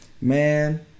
man